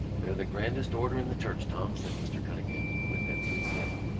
they're the grandest order in the church, tom, said mr. cunningham, with enthusiasm.